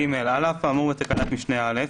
(ג)על אף האמור בתקנת משנה (א),